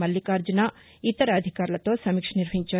మల్లికార్టుస ఇతర అధికారులతో సమీక్ష నిర్వహించారు